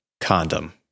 condom